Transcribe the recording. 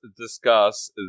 discuss